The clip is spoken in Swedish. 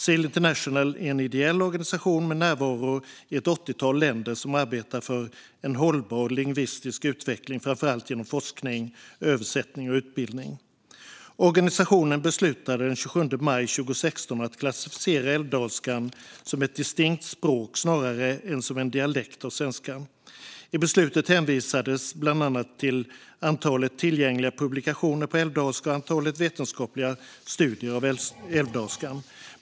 SIL International är en ideell organisation med närvaro i ett åttiotal länder som arbetar för en hållbar lingvistisk utveckling, framför allt genom forskning, översättning och utbildning. Organisationen beslutade den 27 maj 2016 att klassificera älvdalskan som ett distinkt språk snarare än som en dialekt av svenska. I beslutet hänvisades bland annat till antalet tillgängliga publikationer på älvdalska och antalet vetenskapliga studier av älvdalskan.